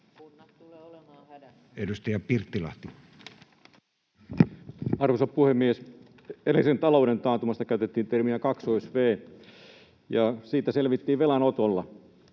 Edustaja Pirttilahti. Arvoisa puhemies! Edellisen talouden taantumasta käytettiin termiä ”kaksoisvee”, ja siitä selvittiin velanotolla.